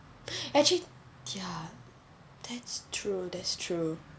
actually ya that's true that's true